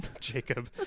Jacob